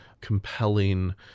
compelling